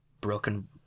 broken